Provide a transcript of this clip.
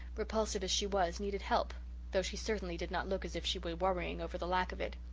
repulsive as she was, needed help though she certainly did not look as if she were worrying over the lack of it.